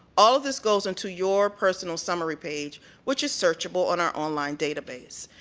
all this goes into your personal summary page which is searchable on our online database.